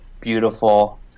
beautiful